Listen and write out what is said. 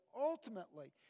ultimately